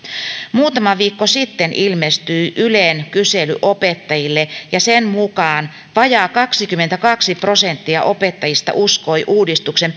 muutama viikko sitten ilmestyi ylen kysely opettajille ja sen mukaan vajaa kaksikymmentäkaksi prosenttia opettajista uskoi uudistuksen